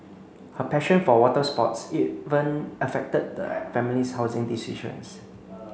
her passion for water sports even affected the family's housing decisions